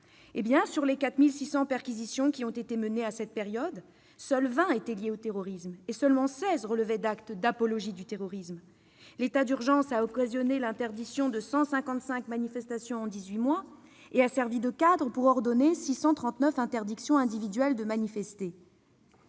Sur les 4 600 perquisitions qui ont été menées durant la période de l'état d'urgence, seules 20 étaient liées au terrorisme et 16 seulement relevaient d'actes d'apologie du terrorisme. L'état d'urgence a occasionné l'interdiction de 155 manifestations en dix-huit mois et a servi de cadre pour ordonner 639 interdictions individuelles de manifester.